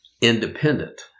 independent